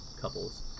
couples